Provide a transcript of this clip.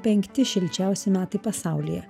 penkti šilčiausi metai pasaulyje